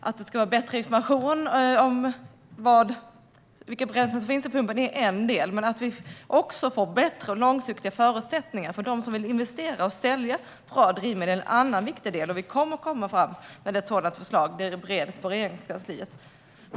Att det ska vara bättre information om vilket bränsle som finns i pumpen är en del, men det ska också finnas bättre och långsiktiga förutsättningar för dem som vill investera och sälja bra drivmedel. Vi kommer att lägga fram ett sådant förslag, och det bereds nu i Regeringskansliet.